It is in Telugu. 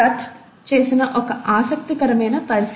Tutt చేసిన ఒక ఆసక్తికరమైన పరిశీలన